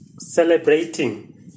celebrating